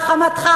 על חמתך.